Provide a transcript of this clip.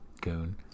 goon